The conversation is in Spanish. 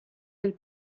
del